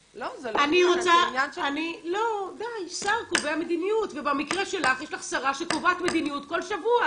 שר קובע מדיניות ובמקרה שלך יש לך שרה שקובעת מדיניות כל שבוע,